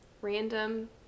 random